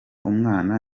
umwana